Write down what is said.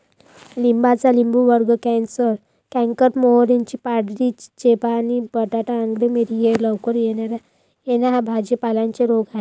लिंबाचा लिंबूवर्गीय कॅन्कर, मोहरीची पांढरी चेपा आणि बटाटा अंगमेरी हे लवकर येणा या भाजी पाल्यांचे रोग आहेत